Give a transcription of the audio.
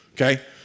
Okay